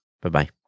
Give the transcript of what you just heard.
Bye-bye